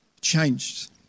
changed